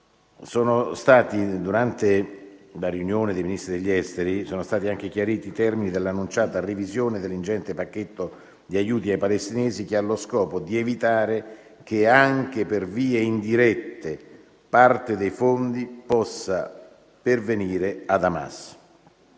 liberarli. Durante la riunione dei Ministri degli esteri sono stati anche chiariti i termini dell'annunciata revisione dell'ingente pacchetto di aiuti ai palestinesi, che ha lo scopo di evitare che anche per vie indirette parte dei fondi possa pervenire ad Hamas.